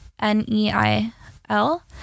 N-E-I-L